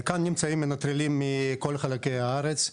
כאן נמצאים מנטרלים מכל חלקי הארץ,